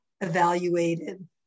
evaluated